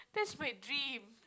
that's my dream